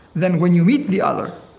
then when you meet the other,